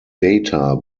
data